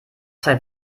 zwei